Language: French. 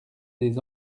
des